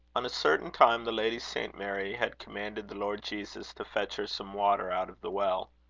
on a certain time the lady st. mary had commanded the lord jesus to fetch her some water out of the well.